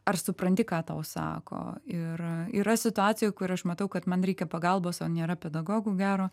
ar supranti ką tau sako ir yra situacijų kur aš matau kad man reikia pagalbos o nėra pedagogo gero